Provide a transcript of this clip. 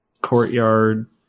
courtyard